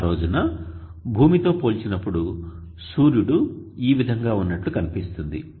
ఆరోజున భూమి తో పోల్చినప్పుడు సూర్యుడు ఈ విధంగా ఉన్నట్లు కనిపిస్తుంది